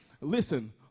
listen